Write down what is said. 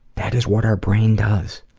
that is what our brain does.